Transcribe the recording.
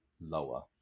lower